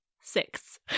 six